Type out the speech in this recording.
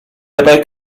dabei